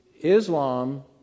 Islam